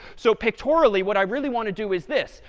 so pictorially, what i really want to do is this.